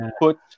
put